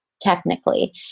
technically